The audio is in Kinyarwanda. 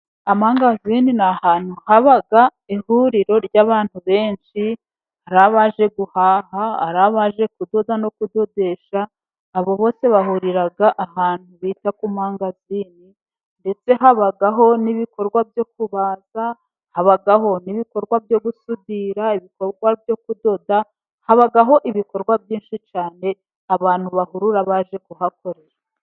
Amangazini ni ahantu haba ihuriro ry'abantu benshi, ari abaje guhaha ,ari abaje kudoda no kudodesha ,abo bose bahurira ahantu bita ku mangazini. Ndetse habaho n'ibikorwa byo kubaza, habaho n'ibikorwa byo gusudira, ibikorwa byo kudoda, habaho ibikorwa byinshi cyane abantu bahurura baje kuhakorera.